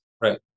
right